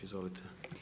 Izvolite.